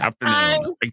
afternoon